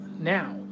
Now